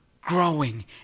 growing